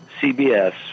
CBS